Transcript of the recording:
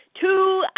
Two